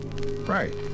Right